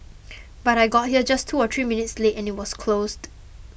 but I got here just two or three minutes late and it was closed